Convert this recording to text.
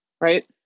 right